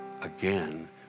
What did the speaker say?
again